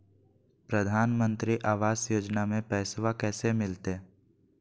प्रधानमंत्री आवास योजना में पैसबा कैसे मिलते?